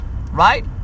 right